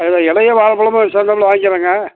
அது மாதிரி இலையும் வாழைப் பழமும் சேர்ந்தாப்ல வாங்கிக்கிறோங்க